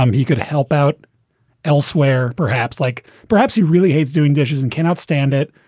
um he could help out elsewhere, perhaps like perhaps he really hates doing dishes and cannot stand it.